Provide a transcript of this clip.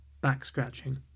back-scratching